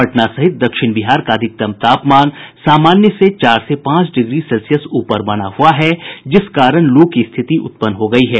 पटना सहित दक्षिण बिहार का अधिकतम तापमान सामान्य से चार से पांच डिग्री सेल्सियस ऊपर बना हुआ है जिस कारण लू की स्थिति उत्पन्न हो गयी है